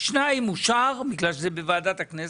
שניים אושר בגלל שזה בוועדת הכנסת,